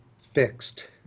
fixed